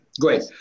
Great